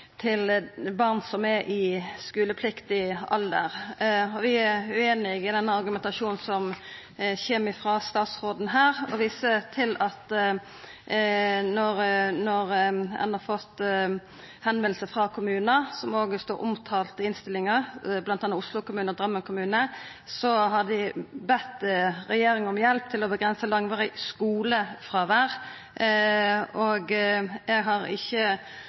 til barn som er i skulepliktig alder. Vi er ueinige i den argumentasjonen som kjem frå statsråden her, og viser til at når ein har fått spørsmål frå kommunar, som òg er omtalt i innstillinga, bl.a. Oslo kommune og Drammen kommune, har dei bedt regjeringa om hjelp til å avgrensa langvarig skulefråvær. Eg har ikkje